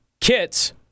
kits